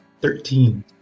Thirteen